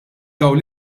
dawn